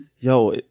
yo